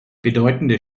bedeutende